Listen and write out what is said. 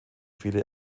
viele